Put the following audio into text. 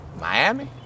miami